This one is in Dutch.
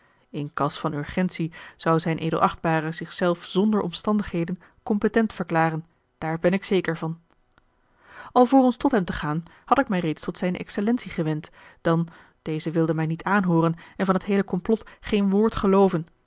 n cas van urgentie zou zijn edel achtbare zich zelf zonder omstandigheden competent verklaren daar ben ik zeker van alvorens tot hem te gaan had ik mij reeds tot zijne excellentie gewend dan deze wilde mij niet aanhooren en van het heele complot geen woord gelooven